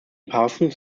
parsons